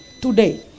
today